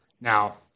Now